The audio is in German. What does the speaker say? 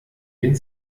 den